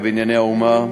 ב"בנייני האומה",